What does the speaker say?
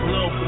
Low